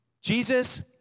Jesus